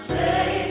say